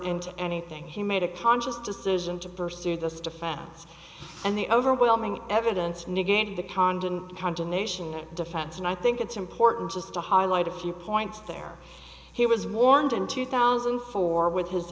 into anything he made a conscious decision to pursue this to fans and the overwhelming evidence negated the condon condemnation in defense and i think it's important just to highlight a few points there he was warned in two thousand and four with his